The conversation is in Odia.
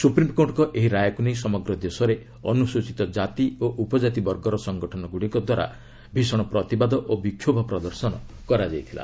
ସୁପ୍ରିମକୋର୍ଟଙ୍କ ଏହି ରାୟକୁ ନେଇ ସମଗ୍ର ଦେଶରେ ଅନୁସୂଚିତ କାତି ଓ ଉପଜାତି ବର୍ଗର ସଂଗଠନଗୁଡ଼ିକ ଦ୍ୱାରା ଭୀଷଣ ପ୍ରତିବାଦ ଓ ବିକ୍ଷୋଭ କରାଯାଇଥିଲା